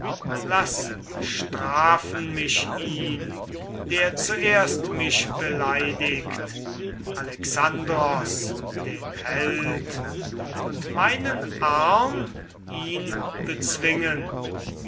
laß strafen mich ihn der zuerst mich beleidigt alexandros den held und meinen arm ihn bezwingen